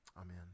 Amen